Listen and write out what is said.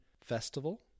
Festival